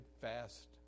fast